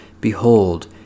Behold